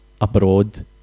Abroad